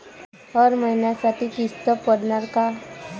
हर महिन्यासाठी किस्त पडनार का?